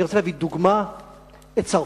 אני רוצה להביא לדוגמה את צרפת.